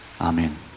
Amen